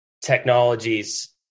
technologies